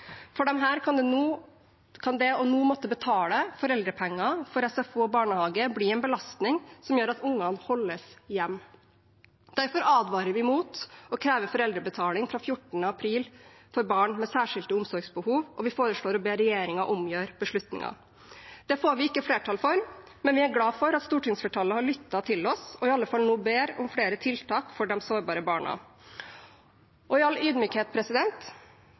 For disse kan det å nå måtte betale foreldrepenger for SFO og barnehage bli en belastning som gjør at ungene holdes hjemme. Derfor advarer vi mot å kreve foreldrebetaling fra 14. april for barn med særskilte omsorgsbehov, og vi foreslår å be regjeringen omgjøre beslutningen. Det får vi ikke flertall for, men vi er glade for at stortingsflertallet har lyttet til oss og i alle fall nå ber om flere tiltak for de sårbare barna. I all